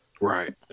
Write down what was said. Right